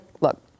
look